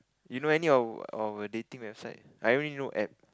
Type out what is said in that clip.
you know any of a of a dating website I only know App